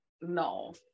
no